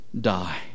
die